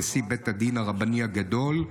נשיא בית הדין הרבני הגדול,